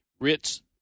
Ritz